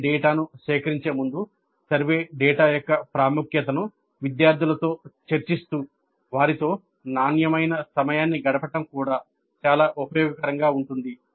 survey డేటాను సేకరించే ముందు సర్వే డేటా యొక్క ప్రాముఖ్యతను విద్యార్థులతో చర్చిస్తూ వారితో నాణ్యమైన సమయాన్ని గడపటం కూడా చాలా ఉపయోగకరంగా ఉంటుంది